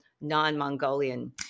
non-Mongolian